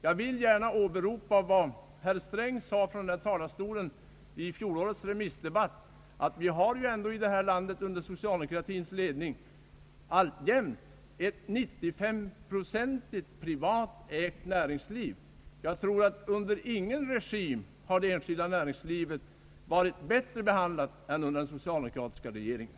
Jag vill gärna åberopa vad herr Sträng från denna talarstol sade i fjolårets remissdebatt, nämligen att vi i detta land under socialdemokratins ledning ändå alltjämt har ett till 95 procent privatägt näringsliv. Jag tror att det enskilda näringslivet inte under någon regim varit bättre behandlat än under den socialdemokratiska regeringen.